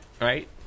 Right